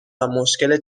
مشکل